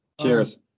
Cheers